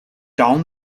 down